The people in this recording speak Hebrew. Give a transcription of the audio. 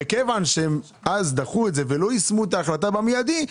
מכיוון שהם אז דחו את זה ולא יישמו את ההחלטה במיידי,